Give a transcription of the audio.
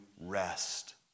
rest